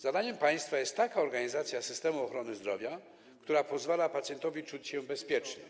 Zadaniem państwa jest taka organizacja systemu ochrony zdrowia, która pozwala pacjentowi czuć się bezpiecznie.